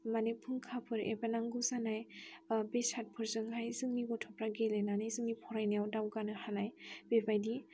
माने फुंखाफोर एबा नांगौ जानाय बेसादफोरजोंहाय जोंनि गथ'फ्रा गेलेनानै जोंनि फरायनायाव दावगानो हानाय बेबायदि